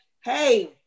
Hey